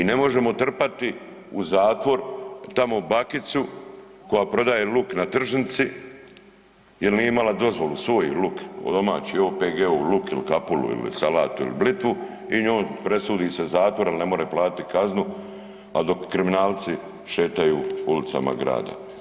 I ne možemo trpati u zatvor tamo bakicu koja prodaje luk na tržnici jer nije imala dozvolu svoj luk, domaći, OPG-ov luk ili kapulu ili salatu ili blitvu i njoj presudi se zatvor jer ne more platiti kaznu, a dok kriminalci šetaju ulicama grada.